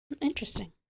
Interesting